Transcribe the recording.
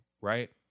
right